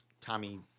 Tommy